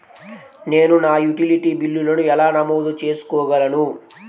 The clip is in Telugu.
నేను నా యుటిలిటీ బిల్లులను ఎలా నమోదు చేసుకోగలను?